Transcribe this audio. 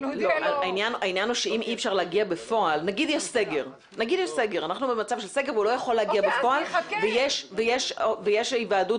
נניח שיש סגר והוא לא יכול להגיע בפועל ויש היוועדות